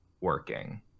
working